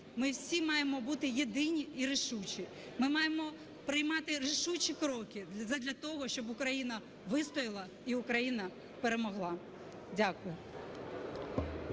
ми всі маємо бути єдині і рішучі, ми маємо приймати рішучі кроки задля того, щоб Україна вистояла і Україна перемогла. Дякую.